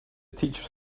teacher